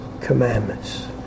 commandments